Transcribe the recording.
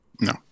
No